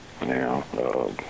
now